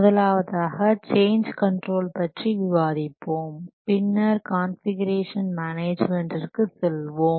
முதலாவதாக change control பற்றி விவாதிப்போம் பின்னர் கான்ஃபிகுரேஷன் மேனேஜ்மென்டிற்கு செல்வோம்